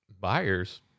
buyers